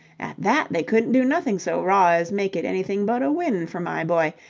at that, they couldn't do nothing so raw as make it anything but a win for my boy,